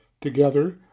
Together